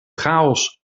chaos